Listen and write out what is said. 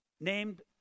named